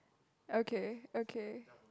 okay okay